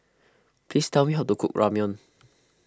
please tell me how to cook Ramyeon